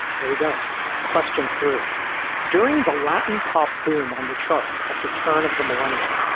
here we go question three during the latin pop boom on the charts at the turn of the millennium,